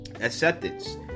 acceptance